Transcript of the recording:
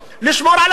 לשמור על הכיבוש.